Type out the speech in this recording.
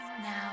now